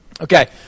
Okay